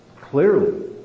Clearly